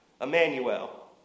Emmanuel